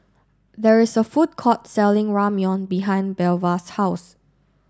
there is a food court selling Ramyeon behind Belva's house